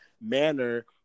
manner